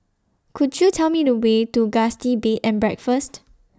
Could YOU Tell Me The Way to Gusti Bed and Breakfast